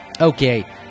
Okay